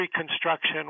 reconstruction